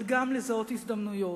אבל גם לזהות הזדמנויות,